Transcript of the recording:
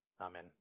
amen